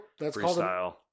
freestyle